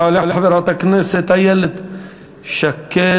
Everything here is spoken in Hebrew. תעלה חברת הכנסת איילת שקד.